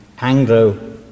Anglo